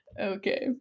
Okay